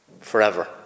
forever